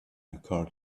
occur